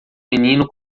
menino